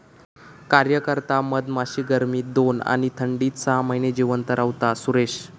कार्यकर्ता मधमाशी गर्मीत दोन आणि थंडीत सहा महिने जिवंत रव्हता, सुरेश